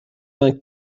vingt